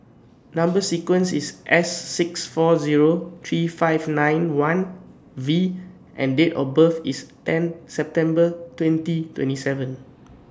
Number sequence IS S six four Zero three five nine one V and Date of birth IS ten September twenty twenty seven